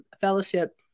fellowship